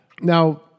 Now